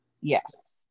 Yes